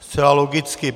Zcela logicky.